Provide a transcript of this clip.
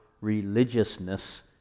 religiousness